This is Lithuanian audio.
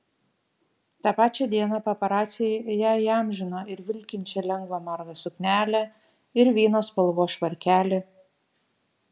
tą pačią dieną paparaciai ją įamžino ir vilkinčią lengvą margą suknelę ir vyno spalvos švarkelį